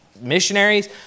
missionaries